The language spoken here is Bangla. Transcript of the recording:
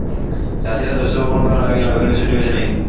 চাষীরা শস্য বপন করার আগে লাভের বিষয়টি বেছে নেয়